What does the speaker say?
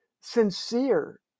sincere